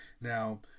Now